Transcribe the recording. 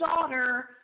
Daughter